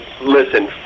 Listen